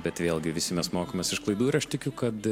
bet vėl gi visi mes mokomės iš klaidų ir aš tikiu kad